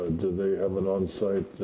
do they have an onsite